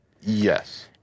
Yes